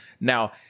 Now